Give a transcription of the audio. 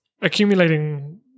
Accumulating